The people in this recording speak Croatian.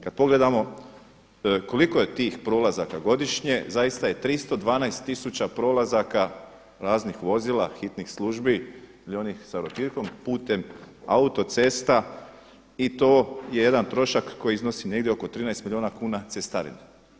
Kada pogledamo koliko je tih prolazaka godišnje, zaista je 312 tisuća prolazaka raznih vozila, hitnih službi ili onih sa rotirkom putem auto cesta i to je jedan trošak koji iznosi negdje oko 13 milijuna kuna cestarina.